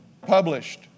published